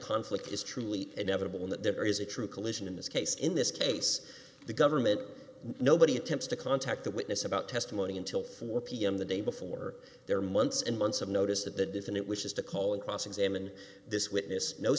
conflict is truly inevitable and that there is a true collision in this case in this case the government nobody attempts to contact the witness about testimony until four pm the day before their months and months of notice that the defendant wishes to call in cross examine this witness no